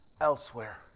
elsewhere